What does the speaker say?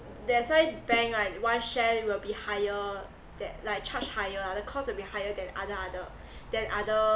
that's why bank right one share will be higher that like charge higher lah the costs will be higher than other other than other